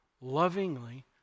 Lovingly